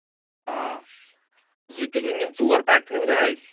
آ زٕ کِلوٕنۍ یِم ژور پیک تھٲیوُ نہ اَسہِ